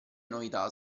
novità